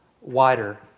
wider